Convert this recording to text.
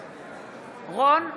בעד רון כץ,